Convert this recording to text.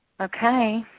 Okay